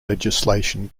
legislation